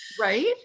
Right